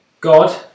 God